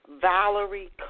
Valerie